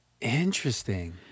Interesting